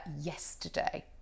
yesterday